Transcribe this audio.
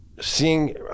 seeing